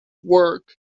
work